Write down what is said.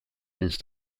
since